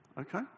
Okay